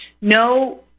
No